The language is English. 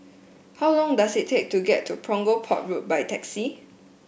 how long does it take to get to Punggol Port Road by taxi